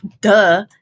duh